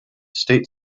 state